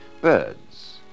birds